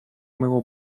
моего